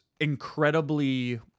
incredibly